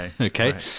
okay